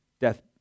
death